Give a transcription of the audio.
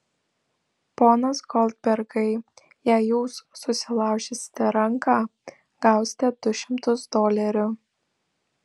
ponas goldbergai jei jūs susilaužysite ranką gausite du šimtus dolerių